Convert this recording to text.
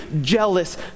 jealous